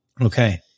Okay